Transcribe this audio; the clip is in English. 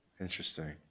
Interesting